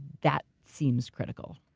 that seems critical.